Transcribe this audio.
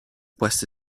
queste